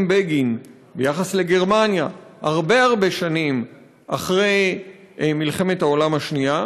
בגין ביחס לגרמניה הרבה הרבה שנים אחרי מלחמת העולם השנייה,